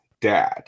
dad